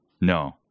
no